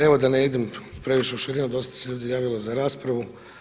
Evo da ne idem previše u širinu, dosta se ljudi javilo za raspravu.